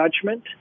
judgment